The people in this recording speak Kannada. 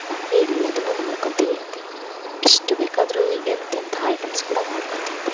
ನಾವೇ ಎಲ್ಲದನ್ನು ಮಾಡ್ಕೊಂತೀವಿ ಅಂದ್ರಗಿನ ಎಷ್ಟು ಬೇಕಾದರು ಎಂತೆಂಥ ಹೈಟೆಮ್ಸ್ ಕೂಡ ಮಾಡ್ಕೊಂಡ್ ತಿನ್ಬೌದು